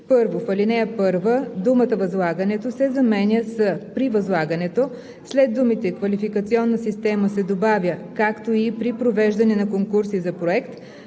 1. В ал. 1 думата „Възлагането“ се заменя с „При възлагането“, след думите „квалификационна система“ се добавя „както и при провеждане на конкурси за проект“,